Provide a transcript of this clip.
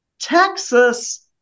Texas